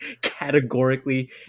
categorically